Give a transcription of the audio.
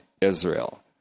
Israel